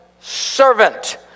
servant